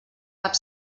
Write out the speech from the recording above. cap